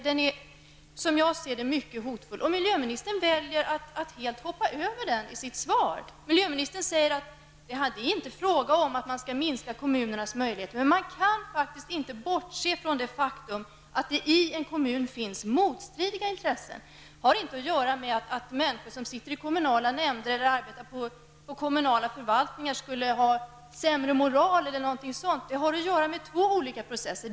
Den är, som jag ser det, mycket hotfull, men miljöministern väljer att i sitt svar helt gå förbi detta. Miljöministern säger att det inte är fråga om att minska kommunernas möjligheter. Man kan emellertid inte bortse från det faktum att det i en kommun finns motstridiga intressen. Det har inte göra med att människor som sitter i kommunala nämnder eller arbetar på kommunala förvaltningar skulle ha sämre moral. Det har att göra med två olika processer.